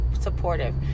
supportive